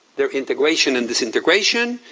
their integration and disintegration,